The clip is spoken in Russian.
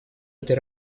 этой